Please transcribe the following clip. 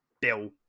bill